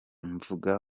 mvuga